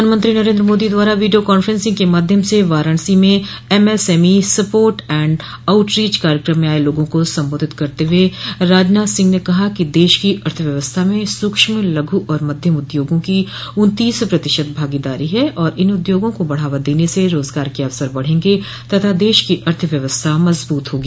प्रधानमंत्री नरेन्द्र मोदी द्वारा video conferencing के माध्यम से वाराणसी में एमएसएमई सपोट एण्ड आउटरीच कार्यक्रम में आये लोगों को संबोधित करते हुए राजनाथ सिंह ने कहा कि देश की अर्थव्यवस्था में सूक्ष्म लघु और मध्यम उद्योगों की उन्तीस प्रतिशत भागीदारी है और इन उद्योगों को बढ़ावा देने से रोजगार के अवसर बढ़ेंगे तथा देश की अर्थव्यवस्था मजबूत होगी